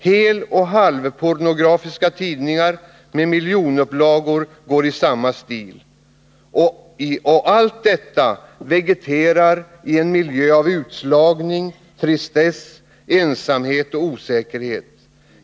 Heloch halvpornografiska tidningar med miljonupplagor går i samma stil. Och allt detta vegeterar i en miljö av utslagning, tristess, ensamhet och osäkerhet.